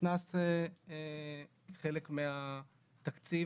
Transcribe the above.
שנכנס כחלק מהתקציב.